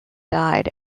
died